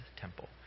temple